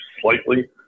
slightly